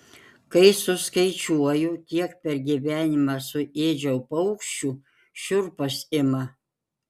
kai suskaičiuoju kiek per gyvenimą suėdžiau paukščių šiurpas ima